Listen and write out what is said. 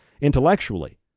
intellectually